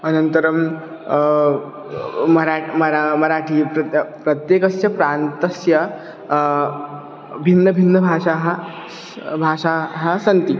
अनन्तरं मरा मरा मराठी प्रत्येकं प्रत्येकस्य प्रान्तस्य भिन्नभिन्नभाषाः भाषाः सन्ति